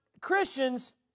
Christians